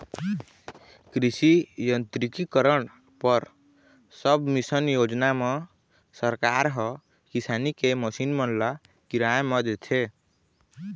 कृषि यांत्रिकीकरन पर सबमिसन योजना म सरकार ह किसानी के मसीन मन ल किराया म देथे